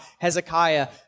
Hezekiah